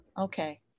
Okay